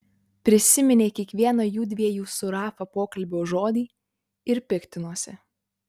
prisiminė kiekvieną jųdviejų su rafa pokalbio žodį ir piktinosi